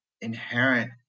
inherent